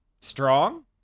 strong